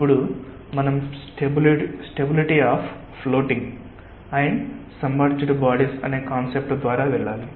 ఇప్పుడు మనం stability of floating and submerged bodies అనే కాన్సెప్ట్ ద్వారా వెళ్ళాలి